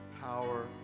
power